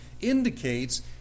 indicates